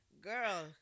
Girl